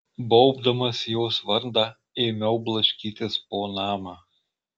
baubdamas jos vardą ėmiau blaškytis po namą